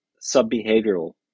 sub-behavioral